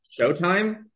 Showtime